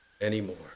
anymore